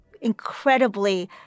incredibly